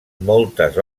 moltes